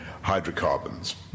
hydrocarbons